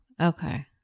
Okay